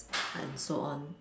and so on